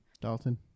Dalton